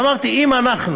ואמרתי: אם אנחנו